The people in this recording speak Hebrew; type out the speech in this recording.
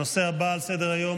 הנושא הבא על סדר-היום,